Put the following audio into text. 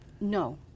No